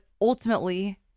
ultimately